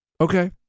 Okay